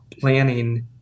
planning